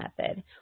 method